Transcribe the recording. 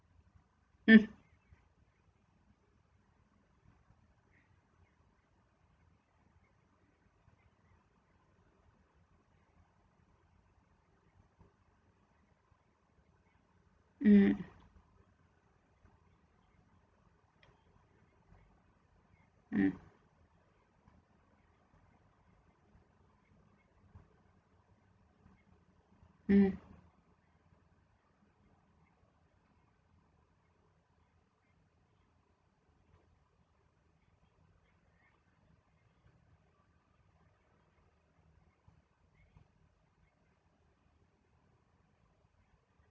mm mm mm mm